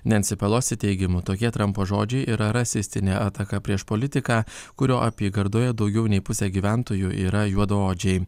nensi palosi teigimu tokie trampo žodžiai yra rasistinė ataka prieš politiką kurio apygardoje daugiau nei pusė gyventojų yra juodaodžiai